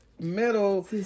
Middle